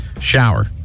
Shower